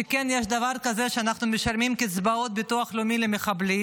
שיש דבר כזה שאנחנו משלמים קצבאות ביטוח לאומי למחבלים.